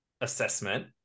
assessment